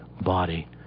body